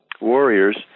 Warriors